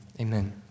Amen